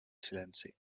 silenci